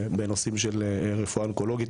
בנושאים של רפואה אונקולוגית,